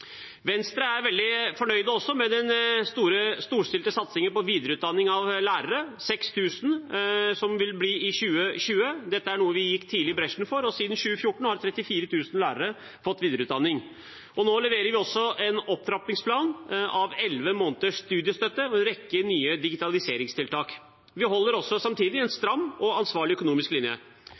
Venstre er også veldig fornøyd med den storstilte satsingen på videreutdanning av lærere – 6 000 i 2020. Dette er noe vi tidlig gikk i bresjen for, og siden 2014 har 34 000 lærere fått videreutdanning. Nå leverer vi også en opptrappingsplan for 11 måneders studiestøtte, og en rekke nye digitaliseringstiltak. Vi holder samtidig en stram og ansvarlig økonomisk linje.